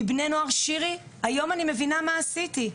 לדוגמא, שירי, היום אני מבינה מה עשיתי,